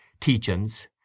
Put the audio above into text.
Teachins